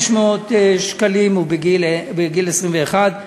500 שקלים, בגיל 21,